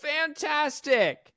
fantastic